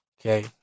okay